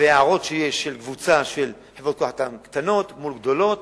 וההערות שיש לקבוצה של חברות כוח-אדם קטנות מול גדולות,